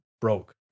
Broke